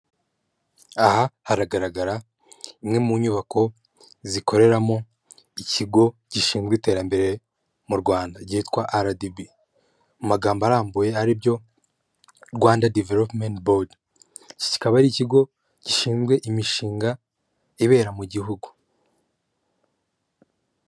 Aha haragaragara imwe mu nyubako zikoreramo ikigo gishinzwe iterambere mu rwanda kitwa aradibi mu magambo arambuye aribyo Rwanda Divelopumenti bodi kikaba ari ikigo gishinzwe imishinga ibera mu gihugu.